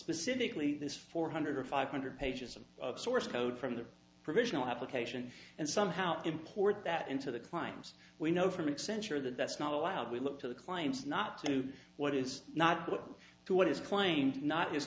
specifically this four hundred or five hundred pages of source code from the provisional application and somehow import that into the climbs we know from and censure that that's not allowed we look to the claims not to what is not good to what is claimed not as